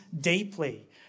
deeply